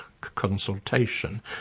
consultation